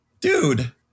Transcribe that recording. dude